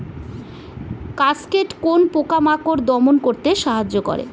Cascade কোন পোকা মাকড় দমন করতে সাহায্য করে?